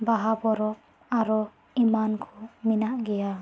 ᱵᱟᱦᱟ ᱯᱚᱨᱚᱵᱽ ᱟᱨᱦᱚ ᱮᱢᱟᱱ ᱠᱚ ᱢᱮᱱᱟᱜ ᱜᱮᱭᱟ